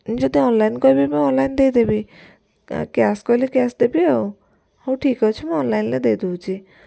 ଯଦି ଅନଲାଇନ କହିବେ ବି ଅନଲାଇନ ଦେଇଦେବି କ୍ୟା କ୍ୟାସ କହିଲେ କ୍ୟାସ ଦେବି ଆଉ ହଉ ଠିକ୍ ଅଛି ମୁଁ ଅନଲାଇନରେ ଦେଇଦଉଛି